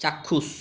চাক্ষুষ